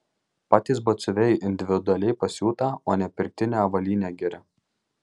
patys batsiuviai individualiai pasiūtą o ne pirktinę avalynę giria